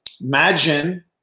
Imagine